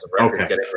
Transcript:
Okay